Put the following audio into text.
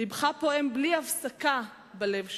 לבך פועם בלי הפסקה בלב שלנו."